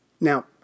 Now